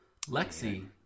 Lexi